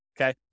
okay